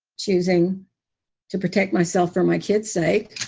choosing to protect myself for my kids sake.